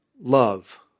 love